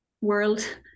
world